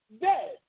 dead